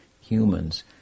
humans